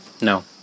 No